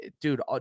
Dude